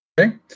Okay